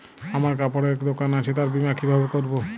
আমার কাপড়ের এক দোকান আছে তার বীমা কিভাবে করবো?